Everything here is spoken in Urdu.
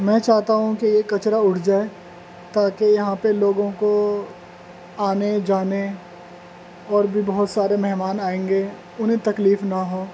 میں چاہتا ہوں کہ یہ کچرا اٹھ جائے تاکہ یہاں پہ لوگوں کو آنے جانے اور بھی بہت سارے مہمان آئیں گے انہیں تکلیف نہ ہو